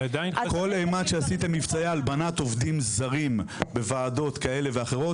כל אימת שעשיתם מבצעי הלבנת עובדים זרים בוועדות כאלה ואחרות